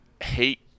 hate